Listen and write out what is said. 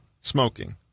Smoking